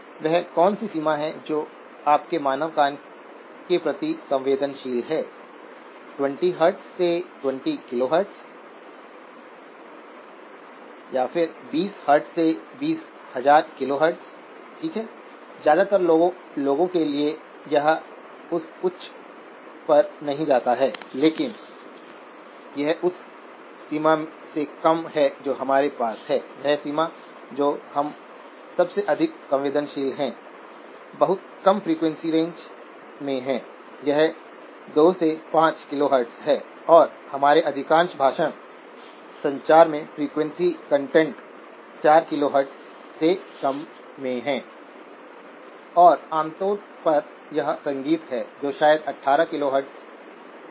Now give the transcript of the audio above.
यह common source amplifier के incremental gain से भी स्पष्ट है जो नेगेटिव है जिसका अर्थ है कि जब vi पाज़िटिव वृद्धि है तो यहां नेगेटिव होगी